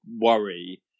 worry